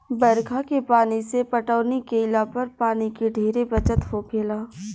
बरखा के पानी से पटौनी केइला पर पानी के ढेरे बचत होखेला